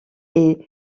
est